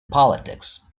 politics